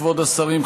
כבוד השרים,